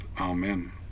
Amen